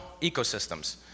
ecosystems